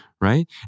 right